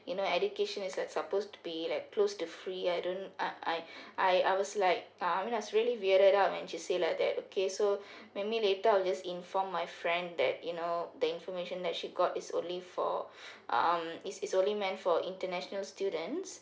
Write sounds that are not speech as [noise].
you know education is like supposed to be like close to free I don't I I I I was like I I mean I was really weirded out when she say like that okay so [breath] maybe later I'll just inform my friend that you know the information that she got is only for [breath] um is is only meant for international student